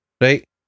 Right